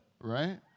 right